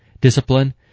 discipline